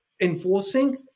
enforcing